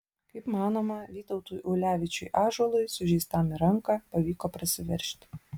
kaip manoma vytautui ulevičiui ąžuolui sužeistam į ranką pavyko prasiveržti